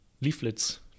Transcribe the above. leaflets